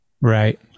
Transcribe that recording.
Right